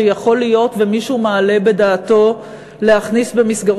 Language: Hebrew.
שיכול להיות שמישהו מעלה בדעתו להכניס במסגרת